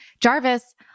Jarvis